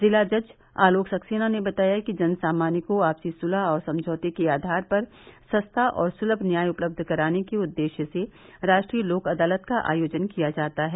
जिला जज अलोक सक्सेना ने बताया कि जन सामान्य को आपसी सुलह एव समझौते के आधार पर सस्ता और सुलभ न्याय उपलब्ध कराने के उद्देश्य से राष्ट्रीय लोक अदालत का आयोजन किया जाता है